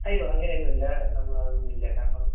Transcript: അയ്യോ അങ്ങനൊന്നും ഇല്ല നമ്മളതൊന്നും ഇല്ല കാരണം